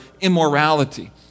immorality